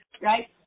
Right